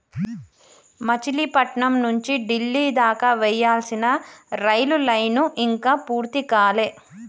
మచిలీపట్నం నుంచి డిల్లీ దాకా వేయాల్సిన రైలు లైను ఇంకా పూర్తి కాలే